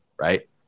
right